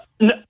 No